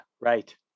right